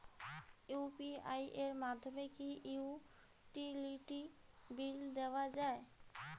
UPI এর মাধ্যমে কি ইউটিলিটি বিল দেওয়া যায়?